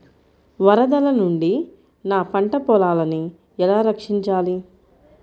వరదల నుండి నా పంట పొలాలని ఎలా రక్షించాలి?